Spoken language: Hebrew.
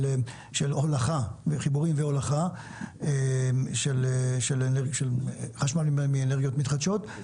של חיבורים והולכה של חשמל מאנרגיות מתחדשות,